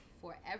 forever